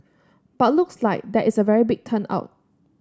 but looks like there is a very big turn out